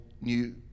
new